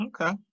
Okay